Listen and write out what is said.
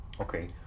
Okay